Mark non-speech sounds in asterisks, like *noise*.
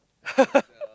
*laughs*